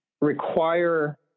require